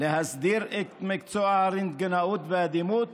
להסדיר את מקצוע הרנטגנאות והדימות